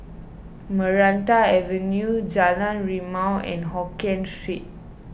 Maranta Avenue Jalan Rimau and Hokien Street